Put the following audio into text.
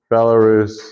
Belarus